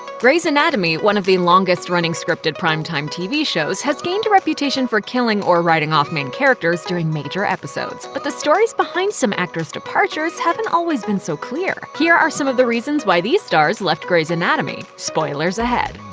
grey's anatomy, one of longest-running scripted primetime tv shows, has gained a reputation for killing or writing off main characters during major episodes. but the stories behind some actors' departures haven't always been so clear. here are some of the reasons why these stars left grey's anatomy, spoilers ahead!